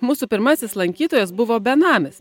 mūsų pirmasis lankytojas buvo benamis